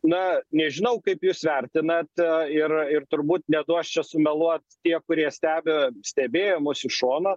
na nežinau kaip jūs vertinat ir ir turbūt neduos čia sumeluot tie kurie stebi stebėjo mus iš šono